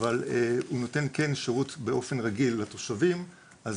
אבל הוא נותן שירות באופן רגיל לתושבים אז